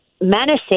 menacing